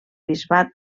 bisbat